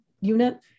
unit